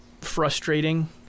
frustrating